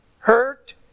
Hurt